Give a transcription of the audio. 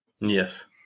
Yes